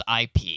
IP